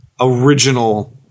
original